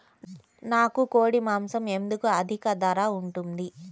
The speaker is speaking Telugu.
నాకు కోడి మాసం ఎందుకు అధిక ధర ఉంటుంది?